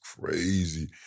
crazy